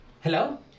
Hello